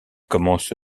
commence